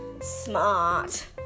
smart